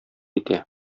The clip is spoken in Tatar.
итә